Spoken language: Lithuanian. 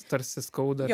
tarsi skauda